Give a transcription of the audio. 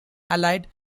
allied